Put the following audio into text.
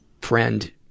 friend